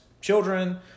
children